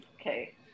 Okay